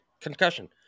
concussion